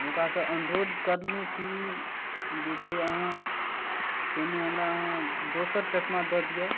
हुनका सऽ अनुरोध कयलहुॅं कि जे छै आहाँ एहने हमरा आहाँ दोसर चश्मा दऽ दिअ